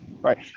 Right